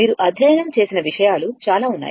మీరు అధ్యయనం చేసిన విషయాలు చాలా ఉన్నాయి